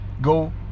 go